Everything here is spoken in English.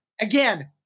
Again